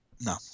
No